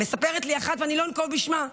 מספרת לי אחת, ואני לא אנקוב בשמה,